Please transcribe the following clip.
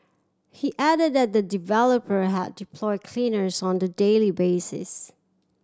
he added that the developer had deployed cleaners on a daily basis